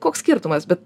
koks skirtumas bet